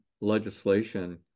legislation